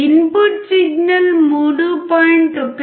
input signal 3